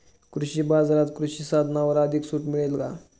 कृषी बाजारात कृषी साधनांवर अधिक सूट मिळेल का?